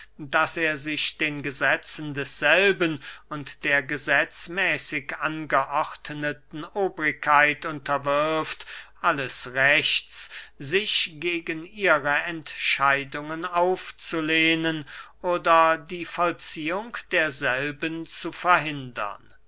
daß er sich den gesetzen desselben und der gesetzmäßig angeordneten obrigkeit unterwirft alles rechts sich gegen ihre entscheidungen aufzulehnen oder die vollziehung derselben zu verhindern